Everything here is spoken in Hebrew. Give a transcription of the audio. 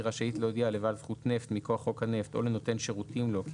היא רשאית להודיע לבעל זכות נפט מכוח חוק הנפט או לנותן שירותים לו כי